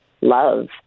love